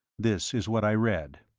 this is what i read